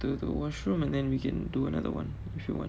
to the wash room and then we can do another one if you want